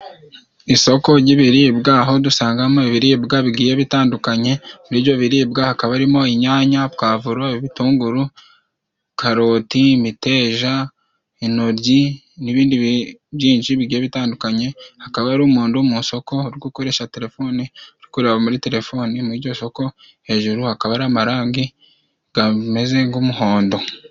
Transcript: Isoko ry'ibiribwa aho dusangamo ibiribwa bigiye bitandukanye. Muri ibyo biribwa hakaba haririmo inyanya, pwavuro, ibitunguru, karoti, imiteja, intoryi n'ibindi byinshi bigiye bitandukanye. Hakaba hari umundu mu soko uri gukoresha telefoni, uri kureba muri telefoni. Muri iryo soko hejuru hakaba hari amarangi gameze nk'umuhondo.